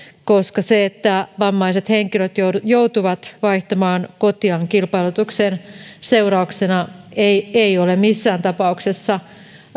koska se että vammaiset henkilöt joutuvat joutuvat vaihtamaan kotiaan kilpailutuksen seurauksena ei ei ole missään tapauksessa